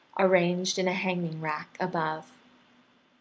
arranged in a hanging rack above.